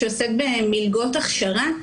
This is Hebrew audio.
שעוסק במלגות הכשרה.